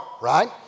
right